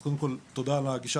אז קודם כל, תודה על הגישה